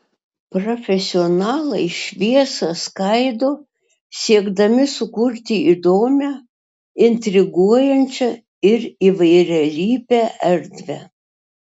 profesionalai šviesą skaido siekdami sukurti įdomią intriguojančią ir įvairialypę erdvę